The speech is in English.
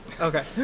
okay